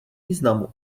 významu